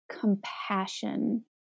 compassion